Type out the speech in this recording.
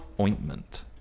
ointment